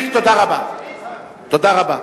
תודה רבה.